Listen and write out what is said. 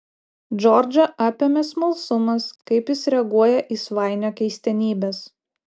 džordžą apėmė smalsumas kaip jis reaguoja į svainio keistenybes